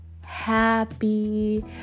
happy